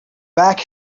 back